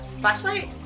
flashlight